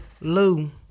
Lou